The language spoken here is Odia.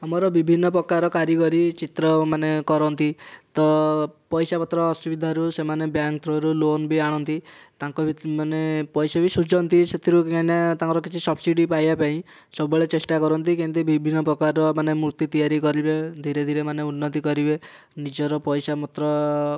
ଆମର ବିଭିନ୍ନ ପ୍ରକାର କାରିଗରୀ ଚିତ୍ର ମାନେ କରନ୍ତି ତ ପଇସା ପତ୍ର ଅସୁବିଧାରୁ ସେମାନେ ବ୍ୟାଙ୍କ ଥ୍ରୁରୁ ଲୋନ ବି ଆଣନ୍ତି ତାଙ୍କ ବି ମାନେ ପଇସା ବି ସୁଝନ୍ତି ସେଥିରୁ କାହିଁକିନା ତାଙ୍କର କିଛି ସବସିଡ଼ି ପାଇବା ପାଇଁ ସବୁବେଳେ ଚେଷ୍ଟା କରନ୍ତି କେମିତି ବିଭିନ୍ନ ପ୍ରକାରର ମାନେ ମୂର୍ତ୍ତି ତିଆରି କରିବେ ଧୀରେ ଧୀରେ ମାନେ ଉନ୍ନତି କରିବେ ନିଜର ପଇସା ପତ୍ର